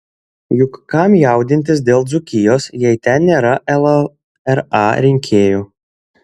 juk kam jaudintis dėl dzūkijos jei ten nėra llra rinkėjų